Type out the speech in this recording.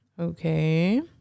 Okay